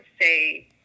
say